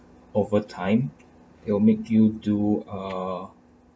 over time they will make you do ah